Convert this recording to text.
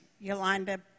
Yolanda